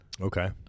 Okay